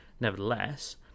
nevertheless